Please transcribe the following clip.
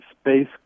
space